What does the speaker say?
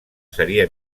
seria